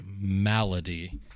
malady